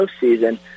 postseason